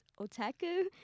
otaku